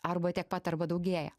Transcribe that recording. arba tiek pat arba daugėja